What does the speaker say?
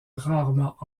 rarement